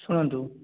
ଶୁଣନ୍ତୁ